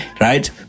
Right